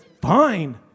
fine